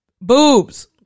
boobs